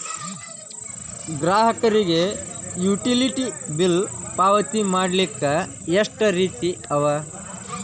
ಗ್ರಾಹಕರಿಗೆ utility bill ಪಾವತಿ ಮಾಡ್ಲಿಕ್ಕೆ ಎಷ್ಟ ರೇತಿ ಅವ?